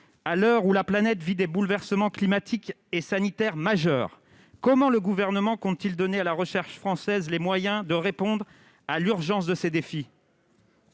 À l'heure ou la planète est confrontée à des bouleversements climatiques et sanitaires majeurs, comment le Gouvernement compte-t-il donner à la recherche française les moyens de répondre à l'urgence ? La parole